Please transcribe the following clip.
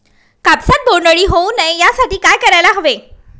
कापसात बोंडअळी होऊ नये यासाठी काय करायला हवे?